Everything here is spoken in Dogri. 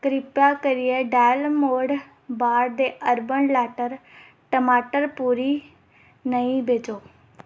किरपा करियै डेल मोड ब्रांड दे अर्बन प्लैटर टमाटर प्यूरी नेईं भेजो